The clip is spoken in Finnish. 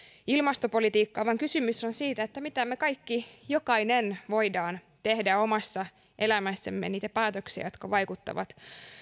ilmastopolitiikkaa vaan kysymys on siitä mitä me kaikki jokainen voimme tehdä omassa elämässämme niitä päätöksiä jotka vaikuttavat